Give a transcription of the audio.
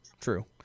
true